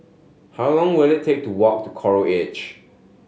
how long will it take to walk to Coral Edge